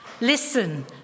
listen